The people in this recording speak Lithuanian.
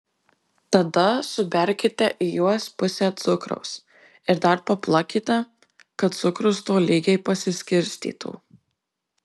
tada suberkite į juos pusę cukraus ir dar paplakite kad cukrus tolygiai pasiskirstytų